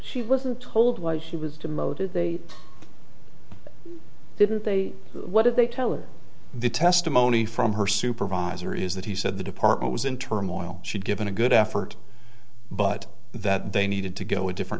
that he wasn't told why he was demoted they didn't they what did they tell of the testimony from her supervisor is that he said the department was in turmoil she'd given a good effort but that they needed to go a different